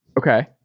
Okay